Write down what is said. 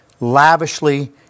lavishly